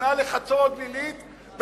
שניתנה לחצור-הגלילית,